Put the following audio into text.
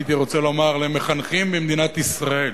הייתי רוצה לומר, למחנכים במדינת ישראל.